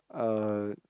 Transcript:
uh